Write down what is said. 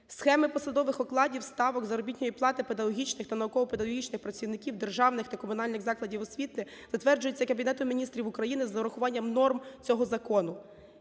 Схеми посадових окладів, ставок заробітної плати педагогічних та науково-педагогічних працівників державних та комунальних закладів освіти затверджується Кабінетом Міністрів України з урахуванням норм цього закону.